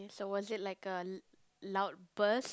so was it like a loud burst